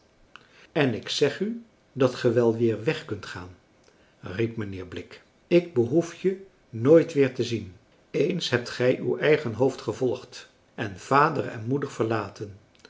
en ik zeg u dat ge wel weer weg kunt gaan riep mijnheer blik ik behoef je nooit weer te zien eéns hebt gij uw eigen hoofd gevolgd en vader en moeder verlaten